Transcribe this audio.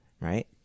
right